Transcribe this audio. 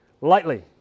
lightly